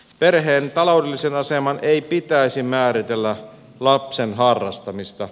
perheen taloudellisen aseman ei pitäisi määritellä lapsen harrastamista